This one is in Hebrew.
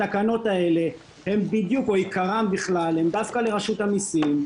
התקנות האלה הן בדיוק או עיקרן בכלל הן דווקא לרשות המיסים.